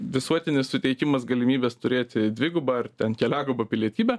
visuotinis suteikimas galimybės turėti dvigubą ar ten keliagubą pilietybę